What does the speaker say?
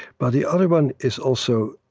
but the other one is also